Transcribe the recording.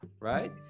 right